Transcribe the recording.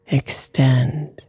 extend